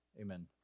amen